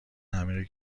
عمیقی